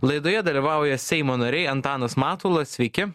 laidoje dalyvauja seimo nariai antanas matulas sveiki